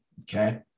okay